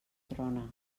trona